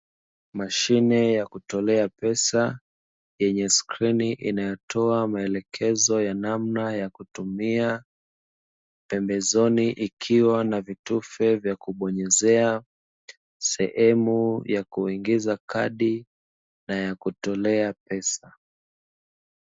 Mashine ya kutolea pesa yenye skrini inayotoa maelekezo ya namna ya kutumia; pembezoni ikiwa na vitufe vya kubonyezea, sehemu ya kuingiza kadi na ya kutolea pesa.